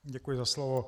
Děkuji za slovo.